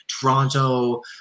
toronto